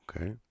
okay